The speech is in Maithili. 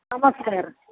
नमस्कार